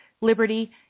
liberty